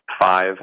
five